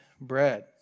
bread